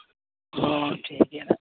ᱦᱳᱭ ᱴᱷᱤᱠ ᱜᱮᱭᱟ ᱱᱟᱜ ᱠᱷᱟᱱ